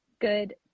good